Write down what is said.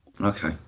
Okay